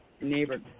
neighbor